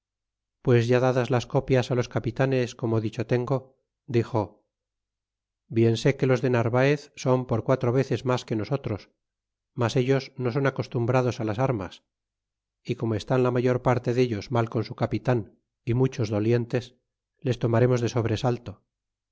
pues ya dadas las copias los capitanes como dicho tengo dixo bien sé que los de narvaez son por quatro veces mas que nosotros mas ellos no son acostumbrados á las armas y como estan la mayor parte dellos mal con su capitan y muchos dolientes les tomaremos de sobresalto